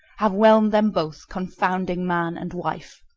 have whelmed them both, confounding man and wife.